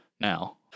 now